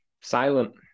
Silent